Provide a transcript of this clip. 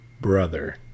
brother